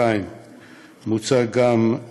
2. מוצע כי